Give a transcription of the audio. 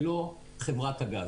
ולא חברת הגז.